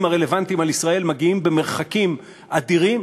הרלוונטיים על ישראל מגיעים ממרחקים אדירים,